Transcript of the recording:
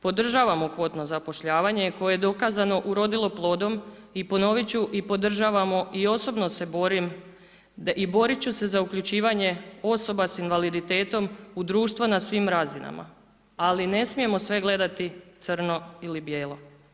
Podržavamo kvotno zapošljavanje koje je dokazano urodilo plodom i ponovit ću i podržavamo i osobno se borim i borit ću se za uključivanje osoba s invaliditetom u društva na svim razinama, ali ne smijemo sve gledati crno ili bijelo.